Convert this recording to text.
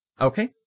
Okay